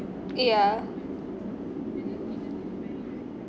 yeah